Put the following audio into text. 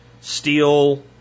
steel